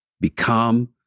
become